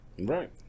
Right